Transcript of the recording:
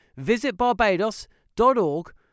visitbarbados.org